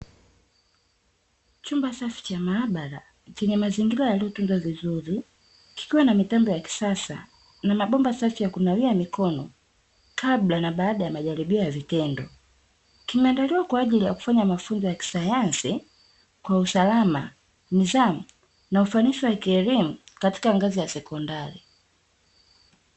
Chumba safi cha maabara chenye mazingira yaliyotunzwa vizuri, kikiwa na mitambo ya kisasa, na mabomba safi ya kunawia mikono kabla na baada ya majaribio ya vitendo. Kimeandaliwa kwa ajili ya kufanya mafunzo ya kisayansi, kwa usalama, nidhamu na ufanisi wa kielimu, katika ngazi ya sekondari.